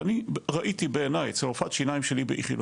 ואני ראיתי בעיניי אצל רופאת שיניים שלי באיכילוב,